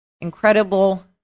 incredible